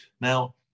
Now